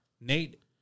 Nate